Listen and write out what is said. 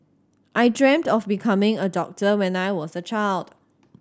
I dreamt of becoming a doctor when I was a child